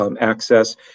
access